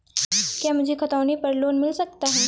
क्या मुझे खतौनी पर लोन मिल सकता है?